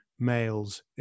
males